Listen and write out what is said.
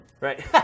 Right